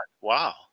wow